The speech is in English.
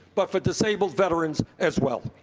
but for disabled veterans, as well.